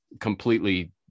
completely